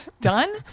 done